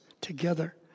together